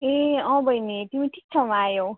ए अँ बहिनी तिमी ठिक ठाउँमा आयौ